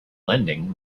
lending